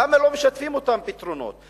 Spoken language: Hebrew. למה לא משתפים אותם בפתרונות?